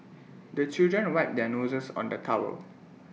the children wipe their noses on the towel